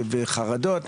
וחרדות,